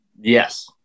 Yes